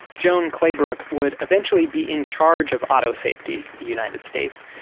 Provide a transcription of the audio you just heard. joan claybrook would eventually be in charge of auto safety for the united states.